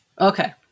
Okay